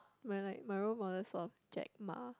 my like my role model was jack-ma